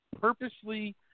Purposely